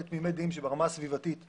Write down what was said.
קיבלתי דיווח לגבי התקלה שקרתה ב-27.4.